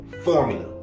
formula